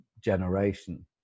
generation